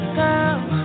girl